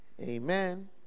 Amen